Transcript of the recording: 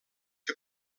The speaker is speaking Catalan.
que